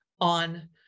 on